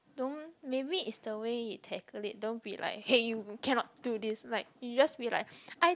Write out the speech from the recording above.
don't maybe it's the way it take a little bit like hey you cannot do like you just be like I